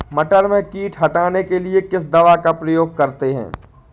मटर में कीट हटाने के लिए किस दवा का प्रयोग करते हैं?